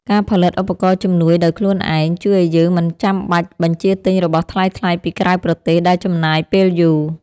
ការផលិតឧបករណ៍ជំនួយដោយខ្លួនឯងជួយឱ្យយើងមិនចាំបាច់បញ្ជាទិញរបស់ថ្លៃៗពីក្រៅប្រទេសដែលចំណាយពេលយូរ។